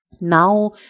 now